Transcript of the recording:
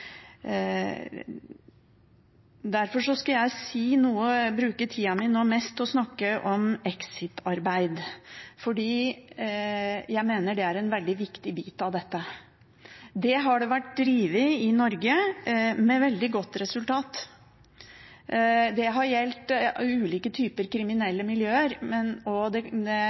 skal jeg nå bruke tida mi mest til å snakke om exit-arbeid, for jeg mener at det er en veldig viktig bit av dette. Dette arbeidet har vært drevet i Norge med veldig godt resultat. Det har gjeldt ulike typer